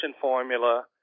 formula